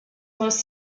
most